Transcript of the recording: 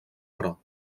però